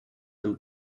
them